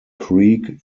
creek